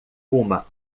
uma